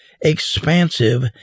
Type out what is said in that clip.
expansive